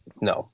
No